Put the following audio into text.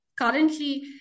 currently